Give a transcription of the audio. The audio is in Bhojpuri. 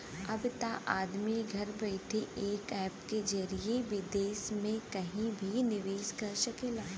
अब त आदमी घर बइठे एक ऐप के जरिए विदेस मे कहिं भी निवेस कर सकेला